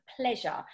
pleasure